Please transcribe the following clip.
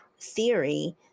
theory